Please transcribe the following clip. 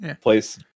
place